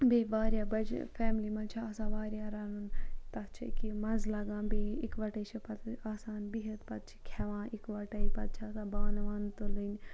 بیٚیہِ واریاہ بَجہِ فیملی مَنٛز چھِ آسان واریاہ رَنُن تَتھ چھِ اکیاہ یہِ مَزٕ لَگان بیٚیہِ اِکوٹَے چھِ آسان بِہِت پَتہٕ چھِ کھیٚوان اِکوٹَے پَتہٕ چھِ آسان بانہٕ وانہٕ تُلٕنۍ